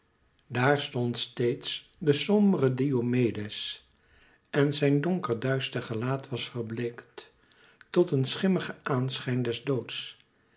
daar stond steeds de sombere diomedes en zijn donker duister gelaat was verbleekt tot een schimme aanschijn des doods